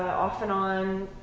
off and on,